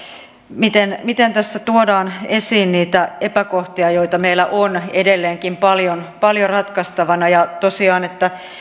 miten miten tässä tuodaan esiin niitä epäkohtia joita meillä on edelleenkin paljon paljon ratkaistavana ja tosiaan